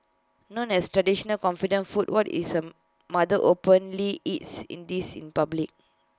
known as A traditional confinement food what isn't model openly eats in this public